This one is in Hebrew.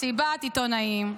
מסיבת עיתונאים.